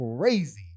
crazy